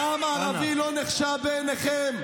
דם הערבי לא נחשב בעיניכם?